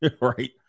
right